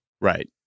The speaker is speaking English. Right